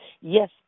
Yes